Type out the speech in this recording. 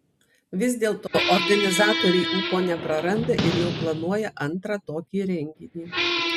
vis dėlto organizatoriai ūpo nepraranda ir jau planuoja antrą tokį renginį